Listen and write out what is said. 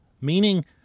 Meaning